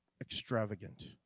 extravagant